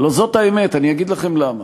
הלוא זאת האמת, אני אגיד לכם למה: